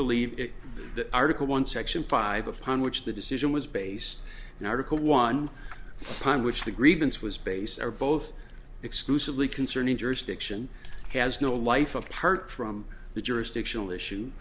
believe that article one section five upon which the decision was based on article one time which the grievance was based are both exclusively concerning jersey fiction has no life apart from the jurisdiction